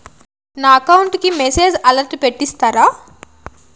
నా అకౌంట్ కి message alert పెట్టిస్తారా